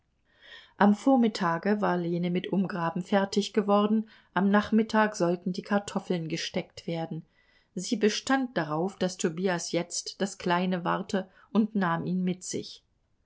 am vormittage war lene mit umgraben fertig geworden am nachmittag sollten die kartoffeln gesteckt werden sie bestand darauf daß tobias jetzt das kleine warte und nahm ihn mit sich